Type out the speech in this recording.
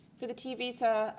for the t visa,